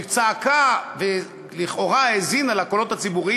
שצעקה ולכאורה האזינה לקולות הציבור,